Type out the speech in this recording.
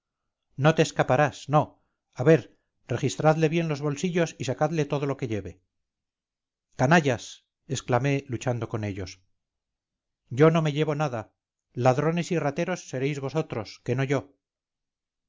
no te escaparás no a ver registradle bien los bolsillos y sacadle todo lo que lleve canallas exclamé luchando con ellos yo no me llevo nada ladrones y rateros seréis vosotros que no yo